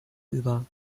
über